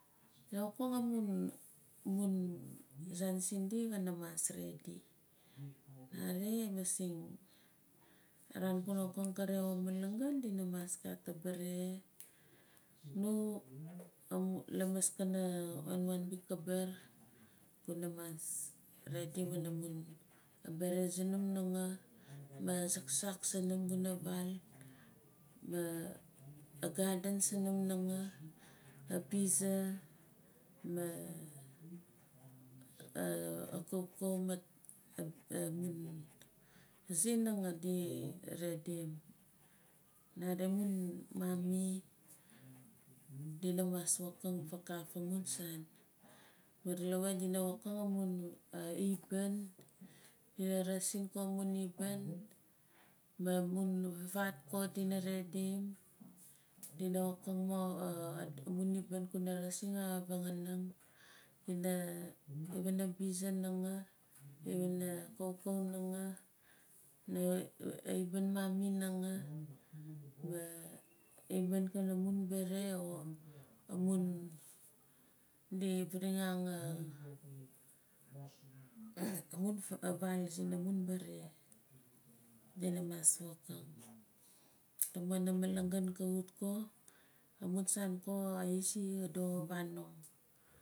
Nako amun amun saan sindi kana mas redi nare masing araan guna wokang a malagan dina mas abaare nu lasmaskana wanwan bikabaar guna mas redi pana mun abaare sunum nangaa maa a saksak sunum guna val ma a garden sunum nangaa a bize ma akaukau ma amun aze nangaa di redim na amun mummi dina mas wokang faakaf amun saan. Maar lawa dina wokim amun aibaan dina resin ko amun aibaan maa a vaat ko dina redim dina wokan ko amum aibaan kuna resining amun vanganing iwana bize nangaa iwana kaukau nangaa di viring ya amun vaal sina mun naare dina mas wokang tamon a malangan ka wut ko amun saan ko ka izi ka doxo vanong